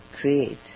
create